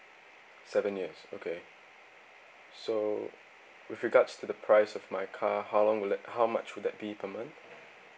seven years okay so with regards to the price of my car how long will that how much would that be per month